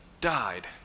died